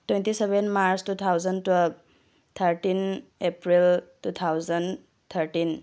twenty seven March two thousand twelve thirteen April two thousand thirteen